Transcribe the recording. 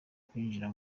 kwinjira